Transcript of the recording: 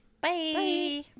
Bye